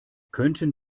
könnten